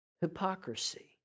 hypocrisy